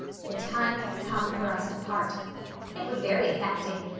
the time has come for us to part it was very affecting.